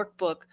workbook